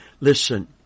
Listen